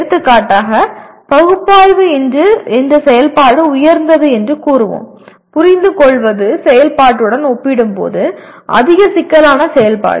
எடுத்துக்காட்டாக பகுப்பாய்வு என்ற செயல்பாடு உயர்ந்தது என்று கூறுவோம் புரிந்துகொள்வது செயல்பாட்டுடன் ஒப்பிடும்போது அதிக சிக்கலான செயல்பாடு